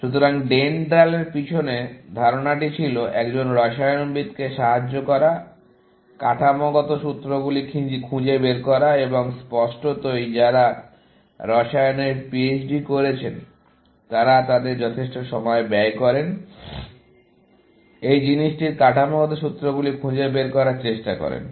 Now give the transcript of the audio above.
সুতরাং DENDRAL এর পিছনে ধারণাটি ছিল একজন রসায়নবিদকে সাহায্য করা কাঠামোগত সূত্রগুলি খুঁজে বের করা এবং স্পষ্টতই যারা রসায়নে PHD করেছেন তারা তাদের যথেষ্ট সময় ব্যয় করেন এই জিনিসটির কাঠামোগত সূত্রগুলি খুঁজে বের করার চেষ্টা করেন